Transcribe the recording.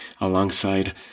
alongside